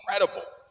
Incredible